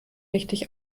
richtig